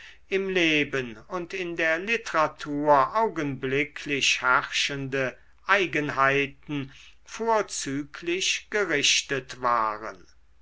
im leben und in der literatur augenblicklich herrschende eigenheiten vorzüglich gerichtet waren